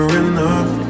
enough